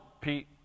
Pete